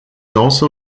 also